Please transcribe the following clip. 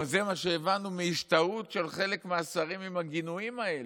זה מה שהבנו גם מההשתהות של חלק מהשרים עם הגינויים האלה.